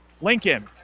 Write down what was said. Lincoln